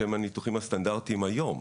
שהם הניתוחים הסטנדרטיים היום.